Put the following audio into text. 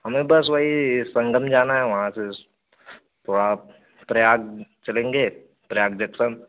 हमें बस वही संगम जाना है वहाँ से थोड़ा आप प्रयाग चलेंगे प्रयाग जक्सन